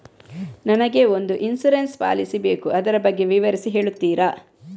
ನನಗೆ ಒಂದು insurance policy ಬೇಕು ಅದರ ಬಗ್ಗೆ ವಿವರಿಸಿ ಹೇಳುತ್ತೀರಾ?